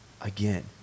Again